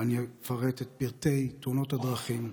אני אפרט את פרטי תאונות הדרכים,